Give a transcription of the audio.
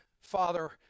father